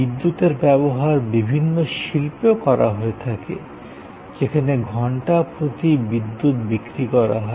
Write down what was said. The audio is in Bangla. বিদ্যুতের ব্যবহার বিভিন্ন শিল্পে করা হয় থাকে যেখানে ঘন্টা প্রতি বিদ্যুৎ বিক্রি করা হয়